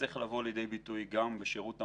גם בשירות המדינה,